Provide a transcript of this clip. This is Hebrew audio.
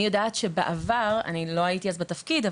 אני לא הייתי אז בתפקיד,